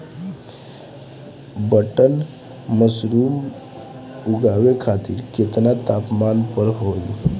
Button mushroom उगावे खातिर केतना तापमान पर होई?